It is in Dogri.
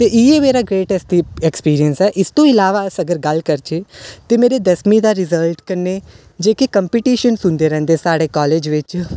ते इ'यै मेरा ग्रेटैस्ट ऐक्सपीरियंस ऐ इस तूं इलावा अस अगर गल्ल करचै ते मेरे दसमीं दा रिजल्ट कन्नै जेह्की कम्पीटिशन सुनदे रौंह्दे साढ़े कालेज बिच